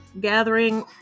gathering